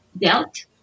dealt